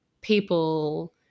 people –